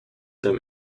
them